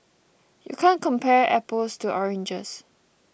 you can't compare apples to oranges